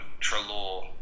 Trelaw